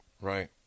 right